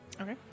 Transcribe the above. Okay